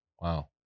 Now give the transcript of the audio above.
Wow